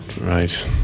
Right